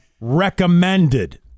recommended